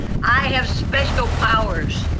i have special powers.